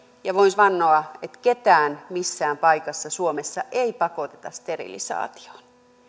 ja voin vannoa että ketään missään paikassa suomessa ei pakoteta sterilisaatioon